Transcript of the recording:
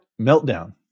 meltdown